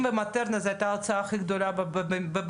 ומטרנה זה היה ההוצאה הכי גדולה בבית,